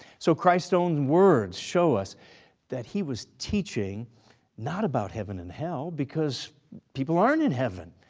so christ's own words show us that he was teaching not about heaven and hell, because people aren't in heaven.